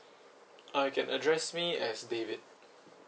uh you can address me as david